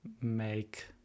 make